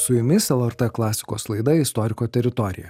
su jumis lrt klasikos laida istoriko teritorija